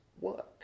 work